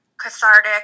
cathartic